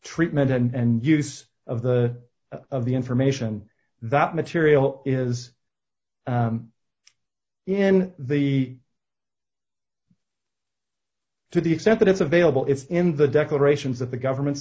treatment and use of the of the information that material is in the to the extent that it's available it's in the declarations that the government